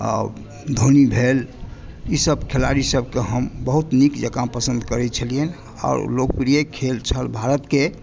आओर धोनी भेल ई सब खेलाड़ी सब के हम बहुत नीक जकाॅं पसन्द करै छलयनि आओर लोकप्रिय खेल छल भारत के